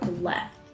left